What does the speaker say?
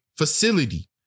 Facility